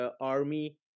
Army